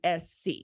SC